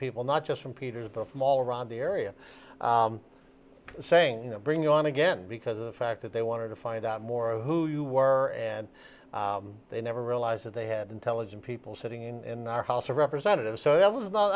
people not just from peter but from all around the area saying you know bring you on again because of the fact that they wanted to find out more who you were and they never realized that they had intelligent people sitting in their house of representatives so that was no